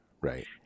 Right